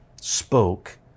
spoke